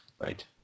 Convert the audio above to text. Right